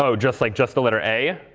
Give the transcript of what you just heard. oh, just like just the letter a?